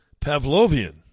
Pavlovian